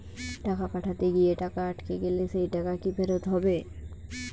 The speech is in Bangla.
টাকা পাঠাতে গিয়ে টাকা আটকে গেলে সেই টাকা কি ফেরত হবে?